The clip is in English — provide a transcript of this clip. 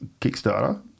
Kickstarter